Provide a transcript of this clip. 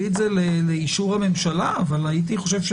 אותם לאישור הממשלה אבל הייתי חושב,